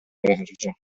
emergere